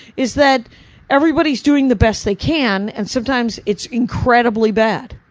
is that everybody's doing the best they can, and sometimes it's incredibly bad.